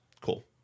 Cool